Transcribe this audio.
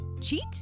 Cheat